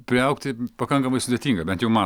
priaugti pakankamai sudėtinga bent jau man